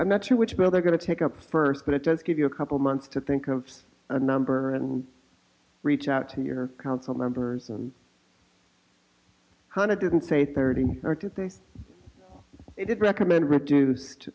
i'm not sure which bill they're going to pick up first but it does give you a couple months to think of a number and reach out to your council members and hunted didn't say thirty or to say they did recommend reduced